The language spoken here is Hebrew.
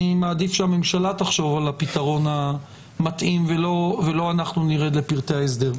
אני מעדיף שהממשלה תחשוב על הפתרון המתאים ולא אנחנו נרד לפרטי ההסדר.